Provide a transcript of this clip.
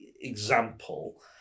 example